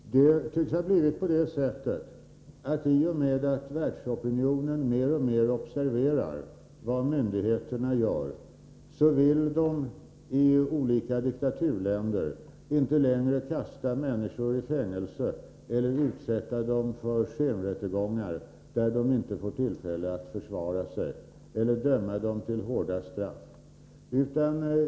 Herr talman! Det tycks ha blivit på det sättet att myndigheterna i olika diktaturländer — i och med att världsopinionen mer och mer observerar vad myndigheterna gör — inte längre vill kasta människor i fängelse, utsätta dem för skenrättegångar där de inte får tillfälle att försvara sig eller döma dem till hårda straff.